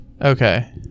Okay